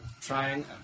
trying